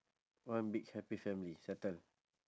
one big happy family settle